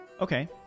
Okay